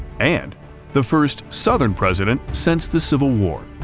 and the first southern president since the civil war.